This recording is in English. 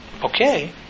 Okay